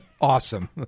Awesome